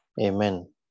amen